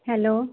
hello